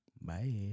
Bye